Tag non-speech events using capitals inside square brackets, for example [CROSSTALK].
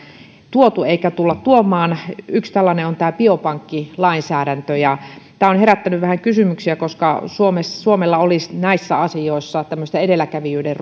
tuotu eikä tulla tuomaan yksi tällainen on biopankkilainsäädäntö ja tämä on herättänyt vähän kysymyksiä koska suomella olisi näissä asioissa tämmöistä edelläkävijyyden [UNINTELLIGIBLE]